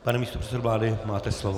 Pane místopředsedo vlády, máte slovo.